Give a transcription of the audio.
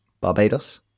Barbados